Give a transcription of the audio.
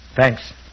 Thanks